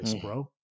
bro